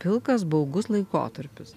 pilkas baugus laikotarpis